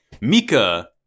Mika